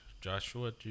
Joshua